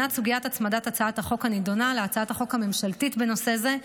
לבחינת סוגיית הצמדת הצעת החוק הנדונה להצעת החוק הממשלתית בנושא זה,